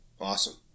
Awesome